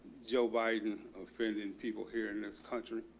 joe biden offending people here in this country?